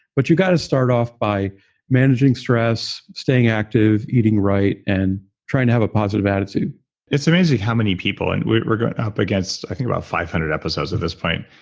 but you got to start off by managing stress, staying active, eating right, and trying to have a positive attitude it's amazing how many people and we're we're going up against i think about five hundred episodes at this point.